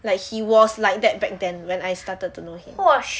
like he was like that back then when I started to know him